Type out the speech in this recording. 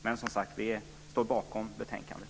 Men, som sagt, vi står bakom betänkandet.